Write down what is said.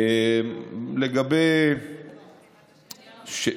לגבי, פנייה לרשויות,